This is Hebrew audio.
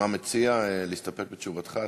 מה אדוני מציע, להסתפק בתשובתך?